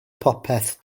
popeth